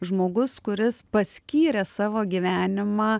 žmogus kuris paskyrė savo gyvenimą